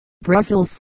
Brussels